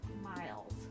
miles